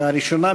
הראשונה,